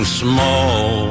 small